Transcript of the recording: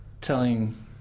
telling